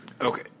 okay